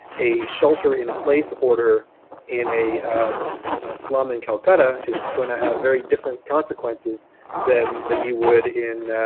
a shelter-in-place order in a slum in calcutta is going to have very different consequences than than you would in